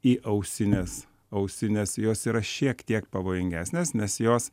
į ausinės ausinės jos yra šiek tiek pavojingesnės nes jos